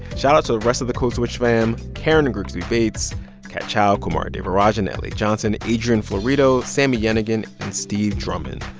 shout-out to the rest of the code switch fam, karen grigsby bates, kat chow, kumari devarajan, la johnson, adrian florido, sami yenigun and steve drummond.